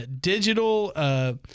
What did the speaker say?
digital